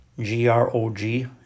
G-R-O-G